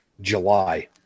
July